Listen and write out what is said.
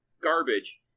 garbage